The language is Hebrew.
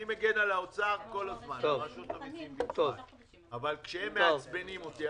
אני אתך אבל עכשיו הם מותחים את ה-30 יום עד היום האחרון,